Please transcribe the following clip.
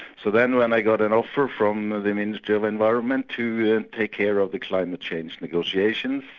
so then when i got an offer from the the ministry of environment to to take care of the climate change negotiations,